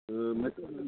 ஆ மெட்ரோலேருந்து